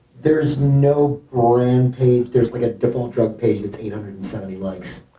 there's no brand page. there's like a default drug page that's eight hundred and seventy likes.